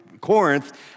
Corinth